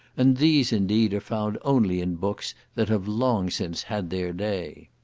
and these, indeed, are found only in books that have long since had their day.